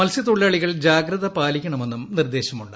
മൽസ്യത്തൊഴിലാളികൾ ജാഗ്രത പാലിക്കണമെന്നും നിർദ്ദേശമുണ്ട്